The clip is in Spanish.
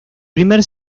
primer